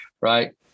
Right